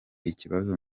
ikibazo